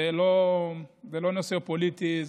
זה לא נושא פוליטי,